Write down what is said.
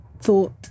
thought